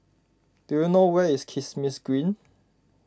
do you know where is Kismis Green